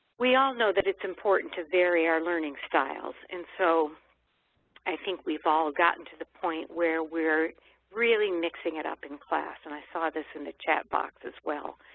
we all know that it's important to vary our learning styles and so i think we've all gotten to the point where we're really mixing it up in class and i saw this in the chat box as well.